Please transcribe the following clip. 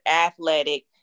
athletic